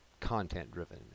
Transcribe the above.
content-driven